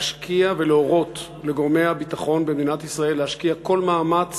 להשקיע ולהורות לגורמי הביטחון במדינת ישראל להשקיע כל מאמץ